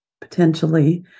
potentially